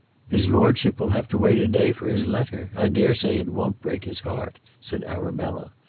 his lordship will have to wait a day for his letter. i dare say it won't break his heart, said arabella,